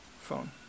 phone